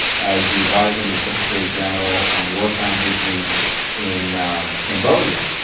as the adviser to the secretary-general on war crimes issues in cambodia,